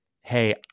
Hey